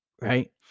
right